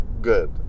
good